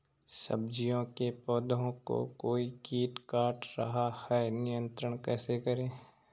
सब्जियों के पौधें को कोई कीट काट रहा है नियंत्रण कैसे करें?